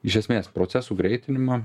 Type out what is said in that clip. iš esmės procesų greitinimą